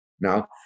Now